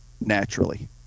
naturally